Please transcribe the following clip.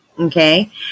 Okay